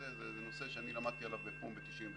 זה נושא שאני למדתי עליו בפו"ם ב-94';